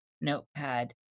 notepad